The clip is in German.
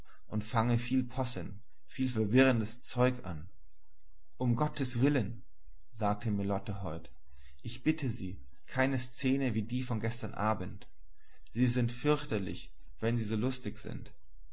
und fange viel possen viel verwirrtes zeug an um gottes willen sagte mir lotte heut ich bitte sie keine szene wie die von gestern abend sie sind fürchterlich wenn sie so lustig sind